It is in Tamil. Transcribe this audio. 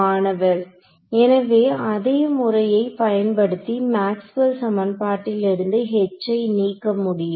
மாணவர் எனவே அதே முறையை பயன்படுத்தி மேக்ஸ்வெல் சமன்பாட்டில் இருந்து 'H' யை நீக்கமுடியும்